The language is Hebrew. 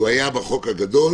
שהיה בחוק הגדול